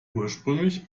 ursprünglich